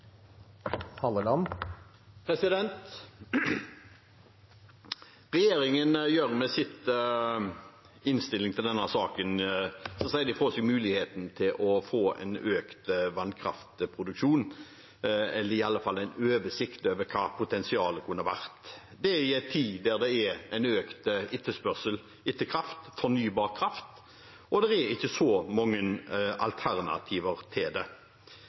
Med sin innstilling til denne saken sier regjeringen fra seg muligheten til å få en økt vannkraftproduksjon, eller i alle fall en oversikt over hva potensialet kunne vært, i en tid der det er økt etterspørsel etter kraft, fornybar kraft, og det ikke er så mange alternativer til det.